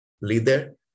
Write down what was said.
leader